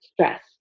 stress